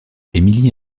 émilie